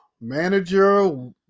manager